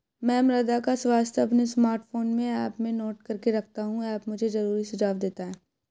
मैं मृदा का स्वास्थ्य अपने स्मार्टफोन में ऐप में नोट करके रखता हूं ऐप मुझे जरूरी सुझाव देता है